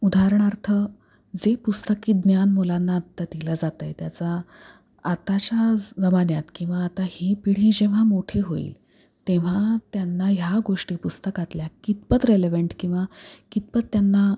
उदाहरणार्थ जे पुस्तकी ज्ञान मुलांना आत दिलं जात आहे त्याचा आताच्या जमान्यात किंवा आता ही पिढी जेव्हा मोठी होईल तेव्हा त्यांना ह्या गोष्टी पुस्तकातल्या कितपत रेलिव्हंट किंवा कितपत त्यांना